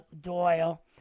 Doyle